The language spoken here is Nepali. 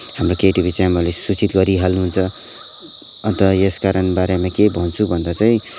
हामीलाई केटिभी च्यानलले सूचित गरिहाल्नुहुन्छ अन्त यस कारण बारेमा के भन्छु भन्दा चाहिँ